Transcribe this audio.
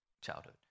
childhood